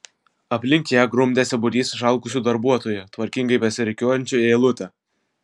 aplink ją grumdėsi būrys išalkusių darbuotojų tvarkingai besirikiuojančių į eilutę